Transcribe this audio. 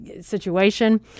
situation